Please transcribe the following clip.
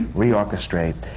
reorchestrate.